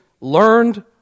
learned